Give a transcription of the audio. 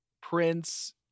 prince